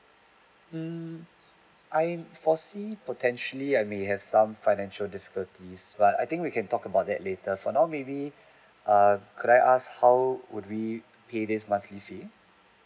mm I foresee potentially I may have some financial difficulties but I think we can talk about that later for now maybe err could I ask how would we pay this monthly fee